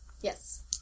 Yes